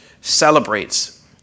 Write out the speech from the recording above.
celebrates